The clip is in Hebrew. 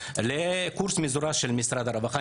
קורס מזורז של משרד הרווחה.